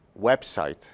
website